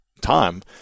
time